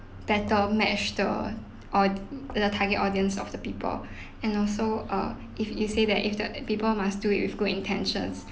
better match the or the the target audience of the people and also uh if you said that if the uh people must do it with good intentions